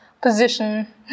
position